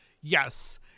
Yes